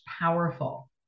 powerful